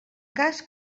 cas